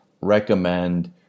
recommend